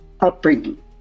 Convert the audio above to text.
upbringing